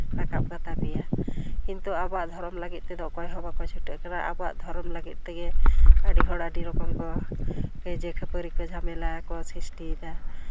ᱨᱟᱠᱟᱵᱽ ᱠᱟᱛᱟ ᱯᱮᱭᱟ ᱠᱤᱱᱛᱩ ᱟᱵᱚᱣᱟᱜ ᱫᱷᱚᱨᱚᱢ ᱞᱟᱹᱜᱤᱫ ᱛᱮᱫᱚ ᱚᱠᱚᱭᱦᱚᱸ ᱵᱟᱝᱠᱚ ᱪᱷᱩᱴᱟᱹᱜ ᱠᱟᱱᱟ ᱟᱵᱚᱣᱟᱜ ᱫᱷᱚᱨᱚᱢ ᱞᱟᱹᱜᱤᱫ ᱛᱮᱜᱮ ᱟᱹᱰᱤᱦᱚᱲ ᱟᱹᱰᱤ ᱨᱚᱠᱚᱢ ᱠᱚ ᱠᱟᱹᱭᱡᱟᱹ ᱠᱷᱟᱹᱯᱟᱹᱨᱤ ᱠᱚ ᱡᱷᱟᱢᱮᱞᱟ ᱠᱚ ᱥᱨᱤᱥᱴᱤᱭᱮᱫᱟ